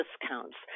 discounts